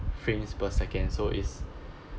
frames per second so is